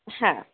হ্যাঁ